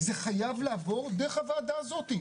זה חייב לעבור דרך הוועדה הזאת.